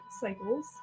Cycles